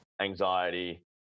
anxiety